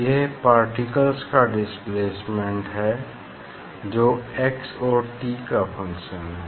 यह पार्टिकल्स का डिस्प्लेसमेंट है जो x और t का फंक्शन है